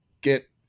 get